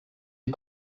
die